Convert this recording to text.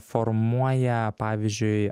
formuoja pavyzdžiui